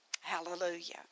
Hallelujah